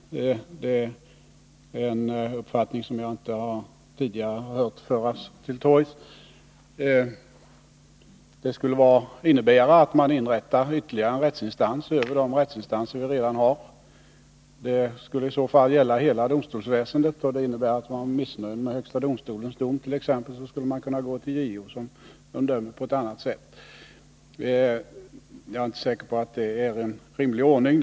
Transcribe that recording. Det är en uppfattning som jag inte tidigare hört föras till torgs. Det skulle innebära att man inrättar ytterligare en rättsinstans över dem vi redan har. Det skulle i så fall gälla hela domstolsväsendet, och det innebär att om man är missnöjd med högsta domstolens dom skulle man kunna gå till JO som kunde döma på ett annat sätt. Jag är säker på att det inte är en rimlig ordning.